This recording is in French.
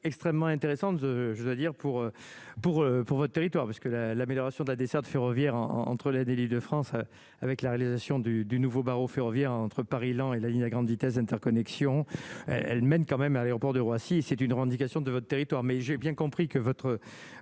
extrêmement intéressant de, je dois dire pour pour pour votre territoire parce que là, l'amélioration de la desserte ferroviaire en entre l'aide et l'Île-de-France avec la réalisation du du nouveau barreau ferroviaire entre Paris-Laon et la ligne à grande vitesse d'interconnexion, elle mène quand même à l'aéroport de Roissy, c'est une revendication de vote. Territoire mais j'ai bien compris que votre